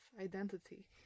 identity